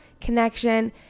connection